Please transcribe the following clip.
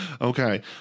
Okay